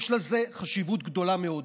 יש לזה חשיבות גדולה מאוד.